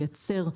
לייצר,